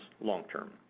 long-term